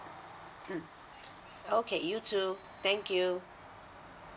mm okay you too thank you